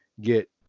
get